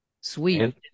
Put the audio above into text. Sweet